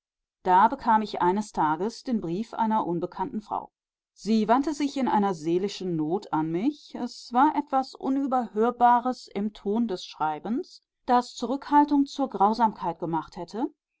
da bekam ich eines tages den brief einer unbekannten frau sie wandte sich in einer seelischen not an mich es war etwas unüberhörbares im ton des schreibens das zurückhaltung zur grausamkeit gemacht hätte